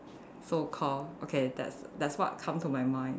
so calm okay that's that's what come to my mind